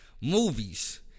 movies